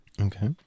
Okay